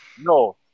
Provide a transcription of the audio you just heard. No